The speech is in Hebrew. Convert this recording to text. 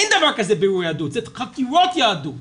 אין דבר כזה בירור יהדות, זאת חקירת יהדות